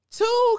two